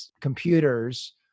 computers